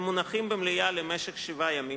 הם מונחים במליאה למשך שבעה ימים,